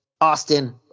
Austin